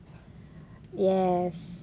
yes